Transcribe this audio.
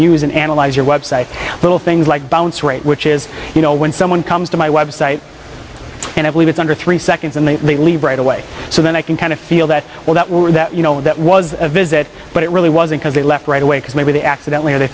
use and analyze your website little things like bounce rate which is you know when someone comes to my website and i believe it's under three seconds and they leave right away so then i can kind of feel that well that we're that you know that was a visit but it really wasn't because they left right away because maybe they accidentally or they